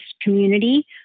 community